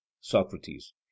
socrates